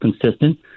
consistent